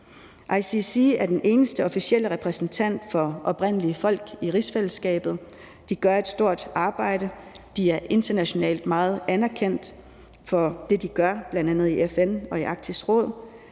ICC er den eneste officielle repræsentant for oprindelige folk i rigsfællesskabet. De gør et stort arbejde, de er internationalt meget anerkendt for det, de gør i bl.a. FN og Arktisk Råd,